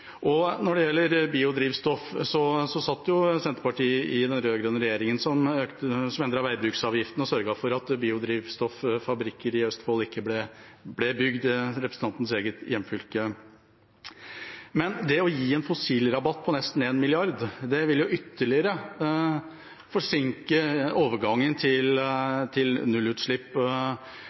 klimapolitikken. Når det gjelder biodrivstoff, satt Senterpartiet i den rød-grønne regjeringa, som endret veibruksavgiften og sørget for at biodrivstoffabrikker i Østfold, i representantens eget hjemfylke, ikke ble bygd. Det å gi en fossilrabatt på nesten 1 mrd. kr vil ytterligere forsinke overgangen til nullutslippsbiler. I tillegg gir Senterpartiet en rekke CO 2 -rabatter til